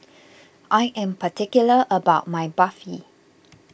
I am particular about my Barfi